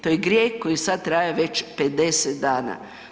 To je grijeh koji sad traje već 50 dana.